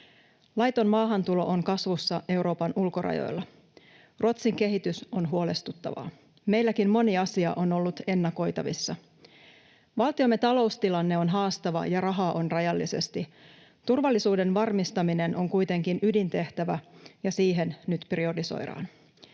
Laiton maahantulo on kasvussa Euroopan ulkorajoilla. Ruotsin kehitys on huolestuttavaa. Meilläkin moni asia on ollut ennakoitavissa. Valtiomme taloustilanne on haastava, ja rahaa on rajallisesti. Turvallisuuden varmistaminen on kuitenkin ydintehtävä, ja siihen nyt priorisoidaan.